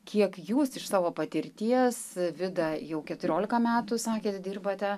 kiek jūs iš savo patirties vida jau keturiolika metų sakėt dirbate